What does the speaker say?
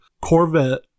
Corvette